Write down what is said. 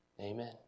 amen